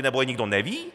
Nebo je nikdo neví?